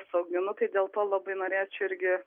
sodinukai dėl to labai norėčiau irgi